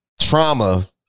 trauma